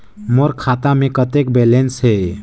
मोर खाता मे कतेक बैलेंस हे?